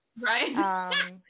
Right